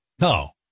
No